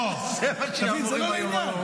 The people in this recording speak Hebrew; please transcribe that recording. אוה, אתה מבין, זה לא לעניין.